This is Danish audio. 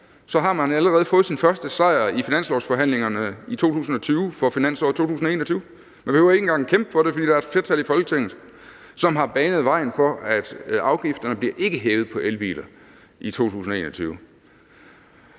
har man allerede fået sin første sejr i finanslovsforhandlingerne i 2020 for finansloven for 2021. Man behøver ikke engang at kæmpe for det, for der er et flertal i Folketinget, som har banet vejen for, at afgifterne på elbiler ikke bliver hævet i 2021.